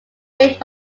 built